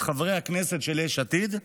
את חברי הכנסת של יש עתיד,